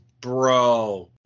bro